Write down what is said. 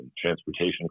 transportation